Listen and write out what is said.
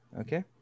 Okay